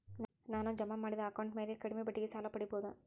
ನಾನು ಜಮಾ ಮಾಡಿದ ಅಕೌಂಟ್ ಮ್ಯಾಲೆ ಕಡಿಮೆ ಬಡ್ಡಿಗೆ ಸಾಲ ಪಡೇಬೋದಾ?